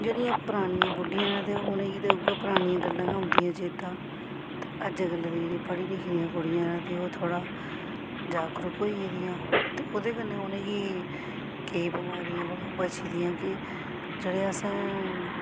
जेह्ड़ियां परानियां बुड्ढियां न ते उ'नेंगी ते उ'ऐ परानियां गल्लां गै औंदियां चेता ते अजकल्लै दियां जेह्ड़िया पढ़ी लिखी दियां कुड़ियां न ते ओह् थोड़ा जागरूक होई गेदियां ते ओह्दे कन्नै उ'नेंगी कि केईं बमारियें कोला बची दियां गे जेह्ड़े असें